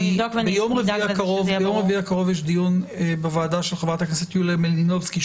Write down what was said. ביום רביעי הקרוב יש דיון בוועדה של חברת הכנסת יוליה מלינובסקי,